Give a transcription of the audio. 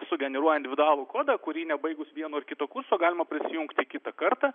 sugeneruoja individualų kodą kurį nebaigus vieno kito kurso galima prisijungti kitą kartą